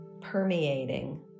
permeating